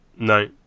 No